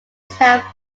have